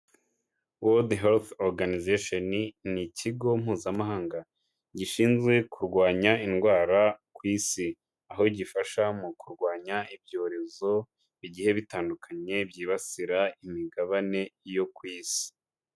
World health Organization ni ikigo mpuzamahanga gishinzwe kurwanya indwara ku isi. Aho gifasha mu kurwanya ibyorezo bigiye bitandukanye byibasira imigabane yo ku isi.